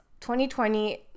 2020